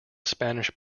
spanish